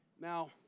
Now